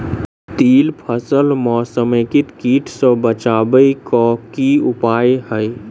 तिल फसल म समेकित कीट सँ बचाबै केँ की उपाय हय?